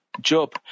Job